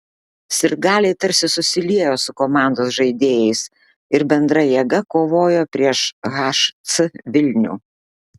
sirgaliai tarsi susiliejo su komandos žaidėjais ir bendra jėga kovojo prieš hc vilnių